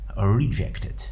rejected